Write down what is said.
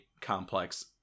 complex